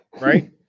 Right